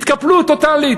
התקפלו טוטלית.